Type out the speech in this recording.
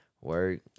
work